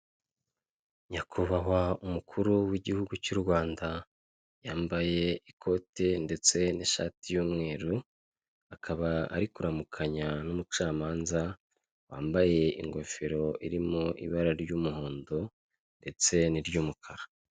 Nyakubahwa umukuru w'igihugu cy'u Rwanda yambaye ikote ndetse n'ishati y'umweru, akaba ari kuramukanya n'umucamanza wambaye ingofero irimo ibara ry'umuhondo ndetse n'iry'umukara.